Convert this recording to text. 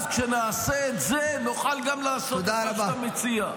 אז, כשנעשה את זה, נוכל גם לעשות את מה שאתה מציע.